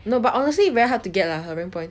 no but honestly very hard to get lah her rank point